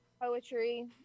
Poetry